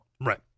Right